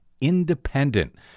independent